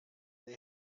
they